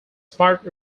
smart